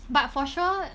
but for sure